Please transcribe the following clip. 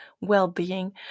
well-being